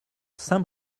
saint